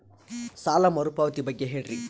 ಸಾಲ ಮರುಪಾವತಿ ಬಗ್ಗೆ ಹೇಳ್ರಿ?